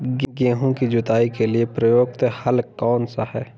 गेहूँ की जुताई के लिए प्रयुक्त हल कौनसा है?